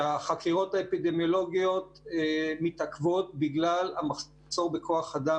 שהחקירות האפידמיולוגיות מתעכבות בגלל המחסור בכוח אדם,